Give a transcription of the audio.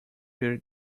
your